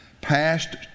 passed